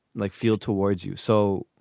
like feel towards you so,